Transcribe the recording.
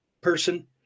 person